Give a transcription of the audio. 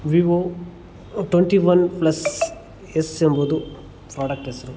Vivo twenty one plus S ಎಂಬುದು product ಹೆಸರು